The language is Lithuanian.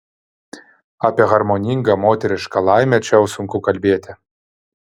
apie harmoningą moterišką laimę čia jau sunku kalbėti